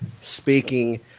speaking